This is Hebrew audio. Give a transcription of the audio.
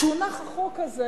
כשהונח החוק הזה,